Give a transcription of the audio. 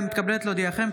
הינני מתכבדת להודיעכם,